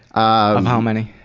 of how many?